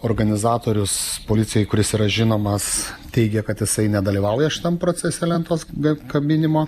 organizatorius policijai kuris yra žinomas teigė kad jisai nedalyvauja šitam procese lentos be kabinimo